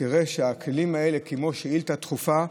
תראה שהכלים האלה, כמו שאילתה דחופה,